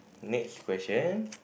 next question